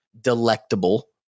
delectable